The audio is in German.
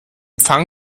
schwachem